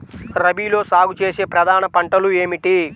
రబీలో సాగు చేసే ప్రధాన పంటలు ఏమిటి?